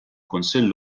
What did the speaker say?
kunsill